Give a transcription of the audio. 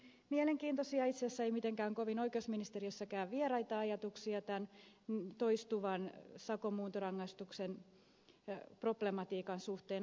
sasi puhui myös mielenkiintoisia itse asiassa ei mitenkään kovin oikeusministeriössäkään vieraita ajatuksia toistuvan sakon muuntorangaistuksen problematiikan suhteen